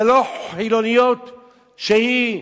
זה לא חילוניות שהיא,